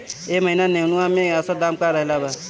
एह महीना नेनुआ के औसत दाम का रहल बा?